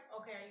okay